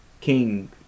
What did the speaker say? king